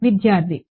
విద్యార్థి 0